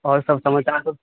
आओर सब समाचार कहु